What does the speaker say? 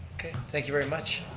okay, thank you very much,